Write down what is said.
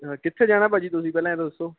ਕਿੱਥੇ ਜਾਣਾ ਭਾਅ ਜੀ ਤੁਸੀਂ ਪਹਿਲਾਂ ਇਹ ਤਾਂ ਦੱਸੋ